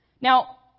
Now